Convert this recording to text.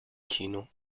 kino